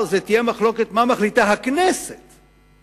ומחר זאת תהיה מחלוקת על מה שהכנסת מחליטה,